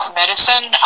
medicine